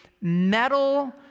metal